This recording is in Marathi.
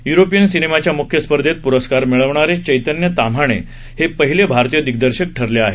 य्रोपियन सिनेमाच्या मुख्य स्पर्धेत प्रस्कार मिळवणारे चैतन्य ताम्हाणे हे पहिले भारतीय दिग्दर्शक ठरले आहेत